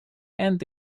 and